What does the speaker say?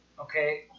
Okay